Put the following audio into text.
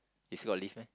you still got to leave meh